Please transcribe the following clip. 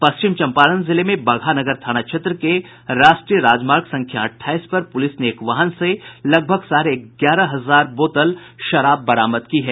पश्चिम चंपारण जिले में बगहा नगर थाना क्षेत्र के राष्ट्रीय राजमार्ग अटठाईस पर पुलिस ने एक वाहन से लगभग साढ़े ग्यारह हजार बोतल शराब बरामद की है